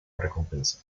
recompensa